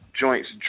joints